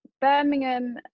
Birmingham